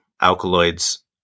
alkaloids